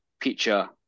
picture